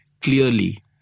clearly